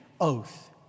oath